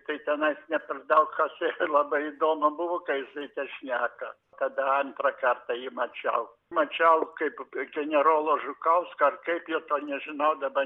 tai tenais ne per daug kaži ir labai įdomu buvo ką jisai ten šneka tada antrą kartą jį mačiau mačiau kaip generolo žukauską ar kaip jo to nežinau daba